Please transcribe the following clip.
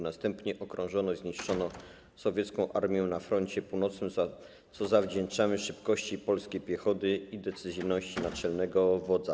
Następnie okrążono i zniszczono sowiecką armię na froncie północnym, co zawdzięczamy szybkości polskiej piechoty i decyzyjności naczelnego wodza.